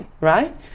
right